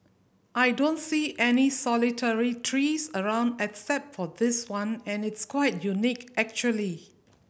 I don't see any solitary trees around except for this one and it's quite unique actually